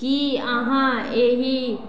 कि अहाँ एहि